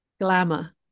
glamour